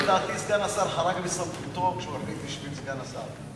לדעתי סגן השר חרג מסמכותו כשהוא החליט בשביל סגן השר.